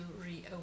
reopen